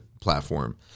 platform